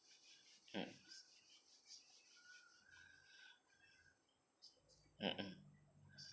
mm mm mm okay sure